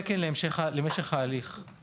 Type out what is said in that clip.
לחברת הכנסת גוטליב יש